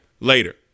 later